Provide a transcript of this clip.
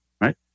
right